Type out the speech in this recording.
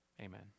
Amen